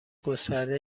گسترده